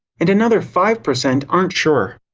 and another five percent aren't sure.